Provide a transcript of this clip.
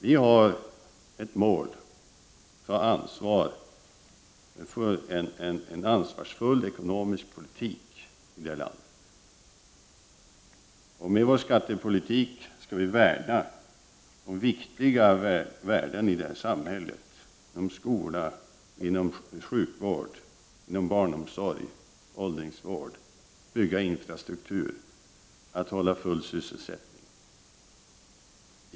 Vi har ett mål, att ta ansvar för en ansvarsfull ekonomisk politik i vårt land. Med vår skattepolitik skall vi värna om viktiga värden i detta samhälle inom skola, sjukvård, barnomsorg, åldringsvård. Vi skall bygga upp infrastrukturen och hålla full sysselsättning.